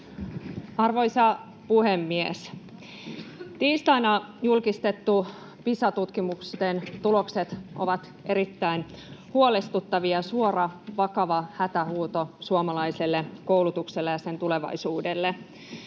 Arvoisa puhemies! Tiistaina julkistetut Pisa-tutkimusten tulokset ovat erittäin huolestuttavia ja suora, vakava hätähuuto suomalaiselle koulutukselle ja sen tulevaisuudelle.